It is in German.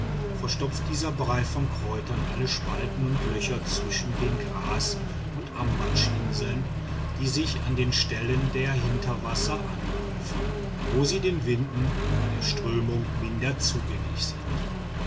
verstopft dieser brei von kräutern alle spalten und löcher zwischen den gras und ambatschinseln die sich an den stellen der hinterwasser anhäufen wo sie den winden oder der strömung minder zugänglich sind